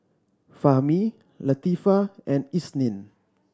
Fahmi Latifa and Isnin